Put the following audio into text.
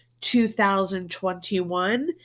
2021